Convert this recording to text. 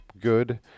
good